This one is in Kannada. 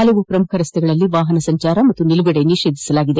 ಹಲವು ಪ್ರಮುಖ ರಸ್ತೆಗಳಲ್ಲಿ ವಾಹನ ಸಂಚಾರ ಮತ್ತು ನಿಲುಗಡೆ ನಿಷೇಧಿಸಲಾಗಿದೆ